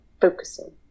focusing